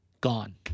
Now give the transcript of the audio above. gone